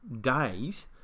days